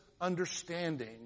understanding